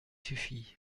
suffit